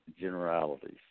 generalities